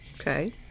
Okay